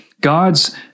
God's